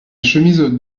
chemise